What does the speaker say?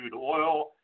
oil